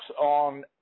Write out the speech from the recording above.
on